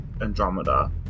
Andromeda